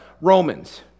Romans